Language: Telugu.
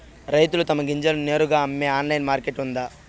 రైతులు తమ గింజలను నేరుగా అమ్మే ఆన్లైన్ మార్కెట్ ఉందా?